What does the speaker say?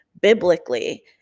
biblically